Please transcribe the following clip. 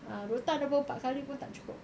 ah rotan dua empat kali pun tak cukup